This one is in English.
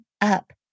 up